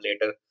later